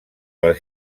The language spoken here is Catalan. les